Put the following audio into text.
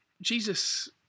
Jesus